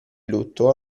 lutto